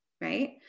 right